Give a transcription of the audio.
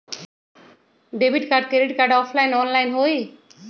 Debit card credit card offline online होई?